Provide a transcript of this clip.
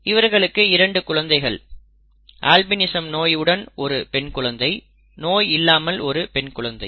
இவர்களுக்கு இரண்டு குழந்தைகள் அல்பினிசம் நோய் உடன் ஒரு பெண் குழந்தை நோய் இல்லாமல் ஒரு பெண் குழந்தை